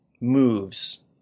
moves